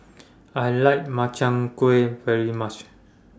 I like Makchang Gui very much